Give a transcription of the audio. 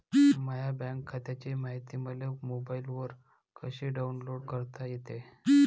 माह्या बँक खात्याची मायती मले मोबाईलवर कसी डाऊनलोड करता येते?